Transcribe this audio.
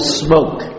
smoke